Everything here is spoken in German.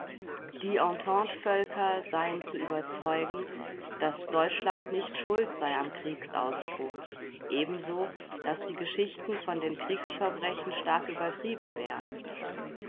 die ententevölker seien zu überzeugen daß deutschland nicht schuld sei am kriegsausbruch ebenso daß die geschichten von den kriegsverbrechen stark übertrieben wären